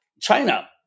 China